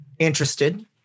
interested